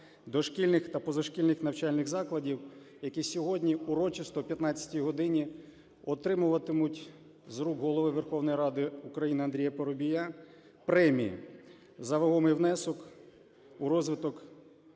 дошкільних та позашкільних навчальних закладів, які сьогодні урочисто о 15 годині отримуватимуть з рук Голови Верховної Ради України Андрія Парубія премії за вагомий внесок у розвиток